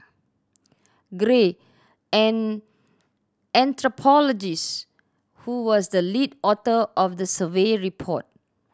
gray an anthropologist who was the lead author of the survey report